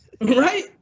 Right